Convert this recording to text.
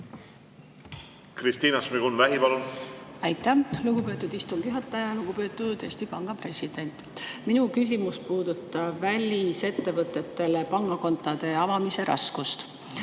Kristina Šmigun-Vähi, palun! Aitäh, lugupeetud istungi juhataja! Lugupeetud Eesti Panga president! Minu küsimus puudutab välisettevõtetele pangakontode avamise raskust.